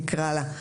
נקרא לה כך,